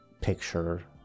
picture